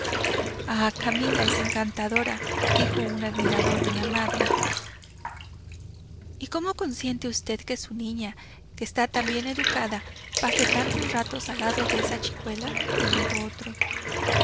ah camila es encantadora dijo un admirador de la madre y cómo consiente usted que su niña que está tan bien educada pase tantos ratos al lado de esa chicuela preguntó otro